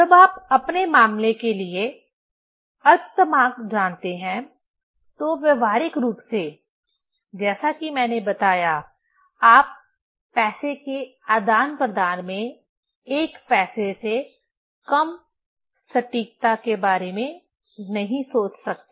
जब आप अपने मामले के लिए अल्पतमांक जानते हैं तो व्यावहारिक रूप से जैसा कि मैंने बताया आप पैसे के आदान प्रदान में 1 पैसे से कम सटीकता के बारे में नहीं सोच सकते